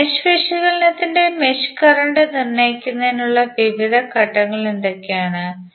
ഇപ്പോൾ മെഷ് വിശകലനത്തിൽ mesh current നിർണ്ണയിക്കുന്നതിനുള്ള വിവിധ ഘട്ടങ്ങൾ എന്തൊക്കെയാണ്